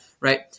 Right